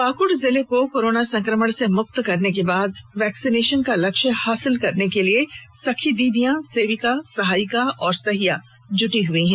पाकुड जिले को कोरोना संक्रमण से मुक्त कराने के बाद वेक्सिनेशन का लक्ष्य हासिल करने के लिए सखी दीदीयां सेविका सहायिका सहिया जी जान से जुटी हुई है